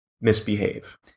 misbehave